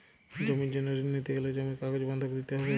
জমির জন্য ঋন নিতে গেলে জমির কাগজ বন্ধক দিতে হবে কি?